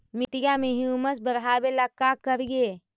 मिट्टियां में ह्यूमस बढ़ाबेला का करिए?